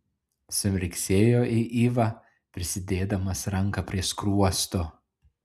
sumirksėjo į ivą prisidėdamas ranką prie skruosto